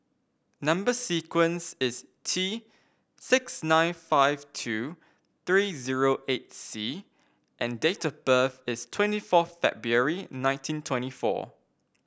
number sequence is T six nine five two three zero eight C and date of birth is twenty fourth February nineteen twenty four